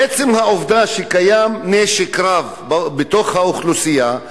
עצם העובדה שקיים נשק רב בתוך האוכלוסייה,